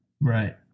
Right